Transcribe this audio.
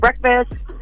breakfast